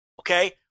okay